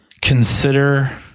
consider